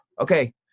Okay